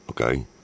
okay